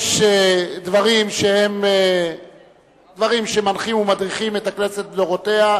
יש דברים שמנחים ומדריכים את הכנסת לדורותיה,